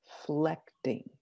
reflecting